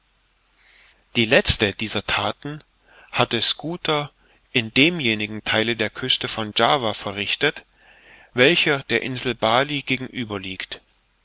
die letzte dieser thaten hatte schooter an demjenigen theile der küste von java verrichtet welcher der insel bali gegenüber liegt